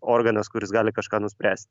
organas kuris gali kažką nuspręst